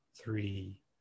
three